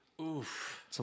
Oof